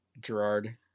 Gerard